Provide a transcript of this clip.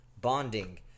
bonding